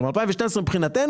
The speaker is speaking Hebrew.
כלומר 2012 מבחינתנו,